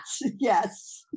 Yes